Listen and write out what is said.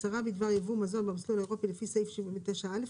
הצהרה בדבר יבוא מזון במסלול האירופי לפי סעיף 79 א'